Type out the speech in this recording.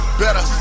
better